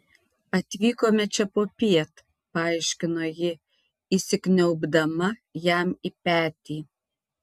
atvykome čia popiet paaiškino ji įsikniaubdama jam į petį